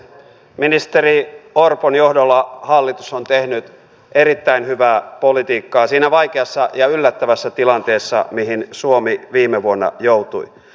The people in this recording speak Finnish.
ministeri orpon johdolla hallitus on tehnyt erittäin hyvää politiikkaa siinä vaikeassa ja yllättävässä tilanteessa mihin suomi viime vuonna joutui